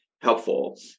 Helpful